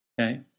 okay